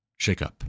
shakeup